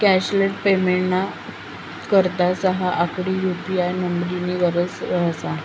cashless पेमेंटना करता सहा आकडी यु.पी.आय नम्बरनी गरज रहास